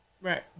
Right